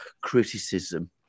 criticism